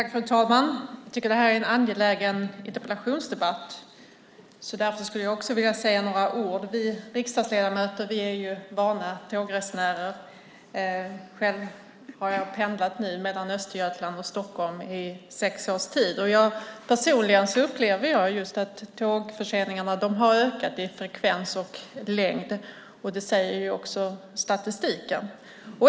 Fru talman! Jag tycker att det här är en angelägen interpellationsdebatt. Därför skulle jag också vilja säga några ord. Vi riksdagsledamöter är ju vana tågresenärer. Själv har jag pendlat mellan Östergötland och Stockholm i sex års tid. Personligen upplever jag att tågförseningarna har ökat i frekvens och längd. Det säger också statistiken.